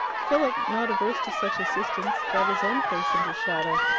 philip, not averse to such assistance, got his own face into shadow.